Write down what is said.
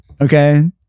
Okay